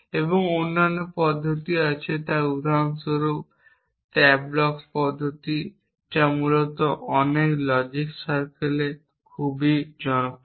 এবং অন্যান্য পদ্ধতি আছে তাই উদাহরণস্বরূপ ট্যাবলক্স পদ্ধতি যা মূলত অনেক লজিক সার্কেলে খুব জনপ্রিয়